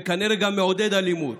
וכנראה גם מעודד אלימות.